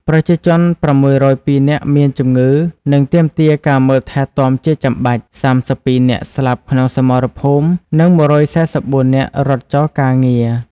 ប្រជាជន ៦០២នាក់មានជំងឺ និងទាមទារការមើលថែទាំជាចំបាច់ ៣២នាក់ស្លាប់ក្នុងសមរភូមិ និង១៤៤នាក់រត់ចោលការងារ។